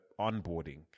onboarding